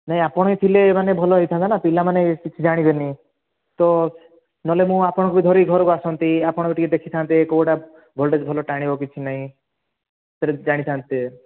ନାଇଁ ଆପଣ ହିଁ ଥିଲେ ମାନେ ଭଲ ହୋଇଥାନ୍ତା ନା ପିଲାମାନେ କିଛି ଜାଣିବେନି ତ ନହେଲେ ମୁଁ ଆପଣଙ୍କୁ ଧରି ଘରକୁ ଆସନ୍ତି ଆପଣ ବି ଟିକିଏ ଦେଖିଥାନ୍ତେ କେଉଁଟା ଭୋଲ୍ଟେଜ୍ ଭଲ ଟାଣିବ କିଛି ନାହିଁ ସେଇଟା ଜାଣିଥାନ୍ତେ